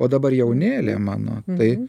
o dabar jaunėlė mano tai